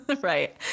Right